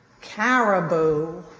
caribou